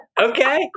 Okay